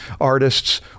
artists